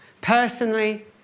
Personally